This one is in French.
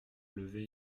lever